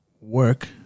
work